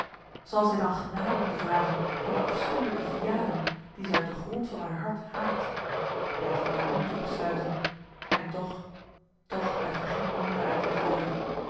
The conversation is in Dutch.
zal zij dan genade moeten vragen van den afschuwelijken vianen dien zij uit den grond van haar hart haat bertha kan er niet toe besluiten en toch toch blijft er geen andere uitweg over